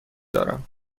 دارم